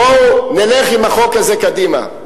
בואו נלך עם החוק הזה קדימה,